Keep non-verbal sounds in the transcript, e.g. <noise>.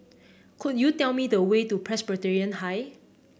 could you tell me the way to <noise> Presbyterian High